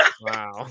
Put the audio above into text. wow